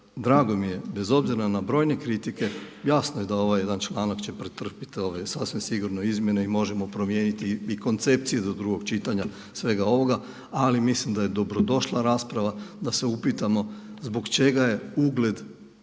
drago mi je bez obzira na brojne kritike. Jasno je da ovaj jedan članak će pretrpjeti sasvim sigurno izmjene i možemo promijeniti i koncepciju do drugog čitanja svega ovoga ali mislim da je dobrodošla rasprava da se upitamo zbog čega je ugled